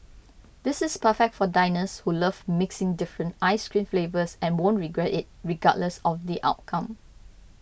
this is perfect for diners who love mixing different ice cream flavours and won't regret it regardless of the outcome